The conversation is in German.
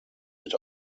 wird